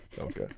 Okay